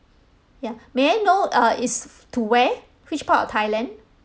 ya may I know uh it's to where which part of thailand